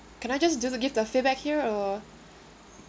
can I just do the give the feedback here or